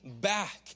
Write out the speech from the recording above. back